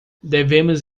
devemos